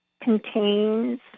contains